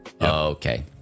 Okay